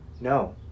no